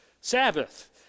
Sabbath